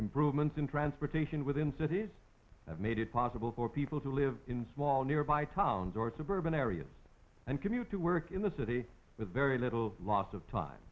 improvements in transportation within cities that made it possible for people who live in small nearby towns or suburban areas and commute to work in the city with very little loss of time